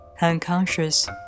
Unconscious